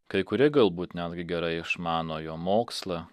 kai kurie galbūt netgi gerai išmano jo mokslą